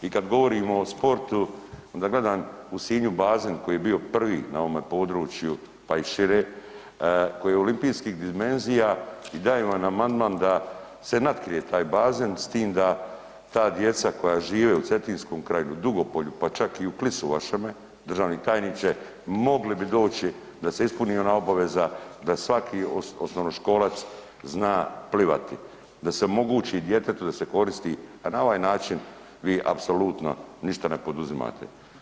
I kada govorimo o sportu onda gledam u Sinju bazen koji je bio prvi na ovome području pa i šire koji je olimpijskih dimenzija i dajem vam amandman da se natkrije taj baze s tim da ta djeca koja žive u Cetinskom kraju u Dugopolju pa čak i u Klisu vašeme državni tajniče, mogli bi doći da se ispuni ona obveza da svaki osnovnoškolac zna plivati, da se omogući djetetu da se koristi jel na ovaj način vi apsolutno ništa ne poduzimate.